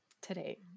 today